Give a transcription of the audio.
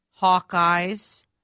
Hawkeyes